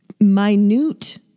minute